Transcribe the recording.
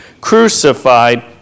crucified